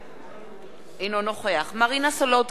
אינו נוכח מרינה סולודקין, בעד